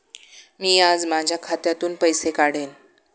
मी आज माझ्या खात्यातून पैसे काढेन